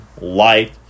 light